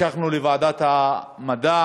המשכנו לוועדת המדע: